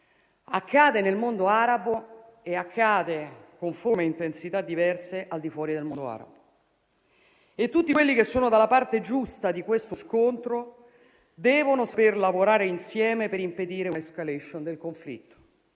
Accade nel mondo arabo e accade con forme e intensità diverse al di fuori del mondo arabo e tutti quelli che sono dalla parte giusta di questo scontro devono saper lavorare insieme per impedire una *escalation* del conflitto.